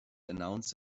announce